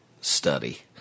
study